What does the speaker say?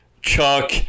Chuck